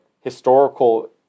historical